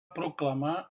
proclamar